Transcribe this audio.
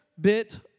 bit